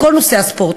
בכל נושא הספורט,